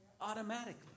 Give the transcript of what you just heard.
Automatically